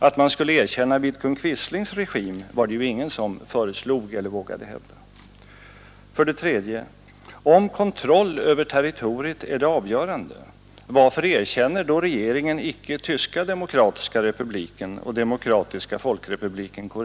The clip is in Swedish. Att man skulle erkänna Vidkun Quislings Tisdagen den regim var det ju ingen som föreslog eller vågade hävda. 23 maj 1972 För det tredje: Om kontroll över territoriet är det avgörande, varför —Z— — erkänner då regeringen icke Tyska demokratiska republiken och Demo OM erkännande av kratiska folkrepubliken Korea?